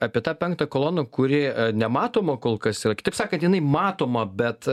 apie tą penktą koloną kuri nematoma kol kas yra kitaip sakant jinai matoma bet